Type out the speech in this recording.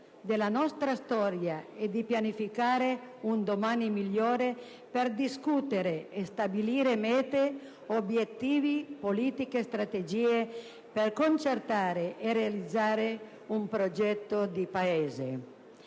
della nostra storia e di pianificare un domani migliore per discutere e stabilire mete, obiettivi, politiche e strategie per concertare e realizzare un progetto di Paese.